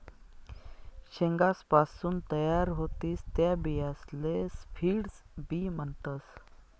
शेंगासपासून तयार व्हतीस त्या बियासले फील्ड बी म्हणतस